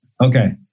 Okay